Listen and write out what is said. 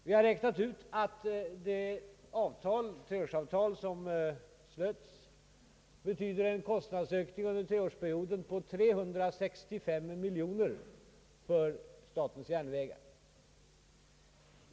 Vi har räknat ut att det treårsavtal som slutits innebär en kostnadsökning under treårsperioden på 365 miljoner kronor för statens järnvägar.